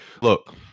Look